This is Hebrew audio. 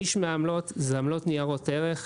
שליש מהעמלות הן עמלות ניירות ערך,